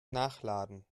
nachladen